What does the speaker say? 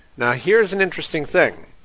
now here's an interesting thing,